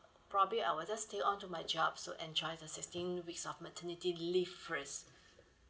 probably I would just stay on to my job to enjoy the sixteen weeks of maternity leave first